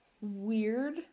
weird